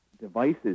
devices